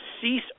cease